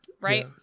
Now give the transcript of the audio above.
Right